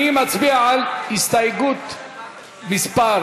אני מצביע על הסתייגות מס'